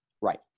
right